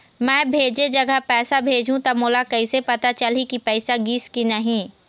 मैं भेजे जगह पैसा भेजहूं त मोला कैसे पता चलही की पैसा गिस कि नहीं?